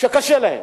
שקשה להן,